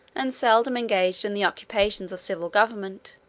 and seldom engaged in the occupations of civil government,